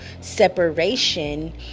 separation